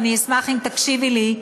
ואני אשמח אם תקשיבי לי.